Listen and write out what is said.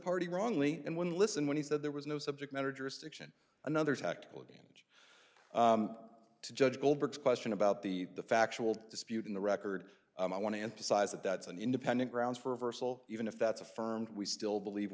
party wrongly and wouldn't listen when he said there was no subject matter jurisdiction another tactically to judge goldberg question about the factual dispute in the record i want to emphasize that that's an independent grounds for reversal even if that's affirmed we still believe